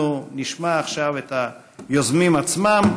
אנחנו נשמע עכשיו את היוזמים עצמם.